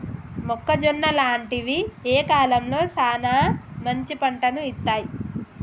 మొక్కజొన్న లాంటివి ఏ కాలంలో సానా మంచి పంటను ఇత్తయ్?